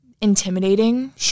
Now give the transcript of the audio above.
intimidating